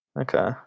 Okay